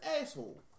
asshole